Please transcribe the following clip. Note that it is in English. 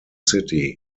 city